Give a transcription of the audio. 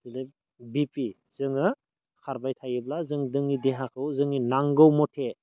जेरै बिपि जोङो खारबाय थायोब्ला जोङो जोंनि देहाखौ जोंनि नांगौ मथे